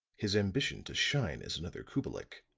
his ambition to shine as another kubelik,